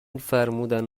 فرمودن